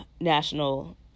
national